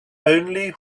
only